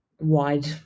wide